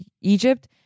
Egypt